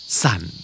sun